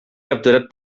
capturat